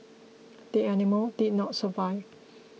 the animal did not survive